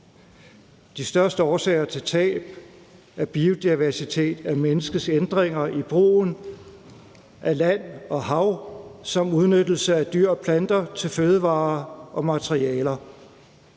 De største årsager til tab af biodiversitet er menneskets ændringer i brugen af land og hav som udnyttelse af dyr og planter til fødevarer og materialer.